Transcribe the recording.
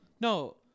No